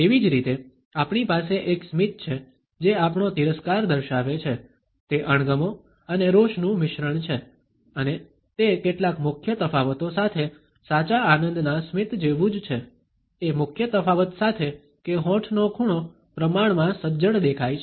તેવી જ રીતે આપણી પાસે એક સ્મિત છે જે આપણો તિરસ્કાર દર્શાવે છે તે અણગમો અને રોષનું મિશ્રણ છે અને તે કેટલાક મુખ્ય તફાવતો સાથે સાચા આનંદના સ્મિત જેવું જ છે એ મુખ્ય તફાવત સાથે કે હોઠનો ખૂણો પ્રમાણમાં સજ્જડ દેખાય છે